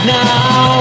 now